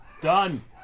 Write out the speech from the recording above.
done